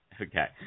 Okay